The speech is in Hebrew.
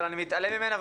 אבל אני אתעלם ממנה.